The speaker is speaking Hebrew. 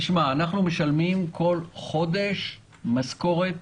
אנחנו משלמים בכל חודש משכורות